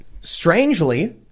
Strangely